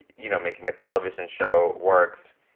you know, making a television show works,